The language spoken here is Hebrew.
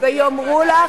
בסמכותך לקבל,